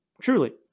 truly